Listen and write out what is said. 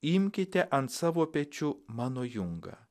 imkite ant savo pečių mano jungą